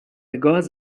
گاز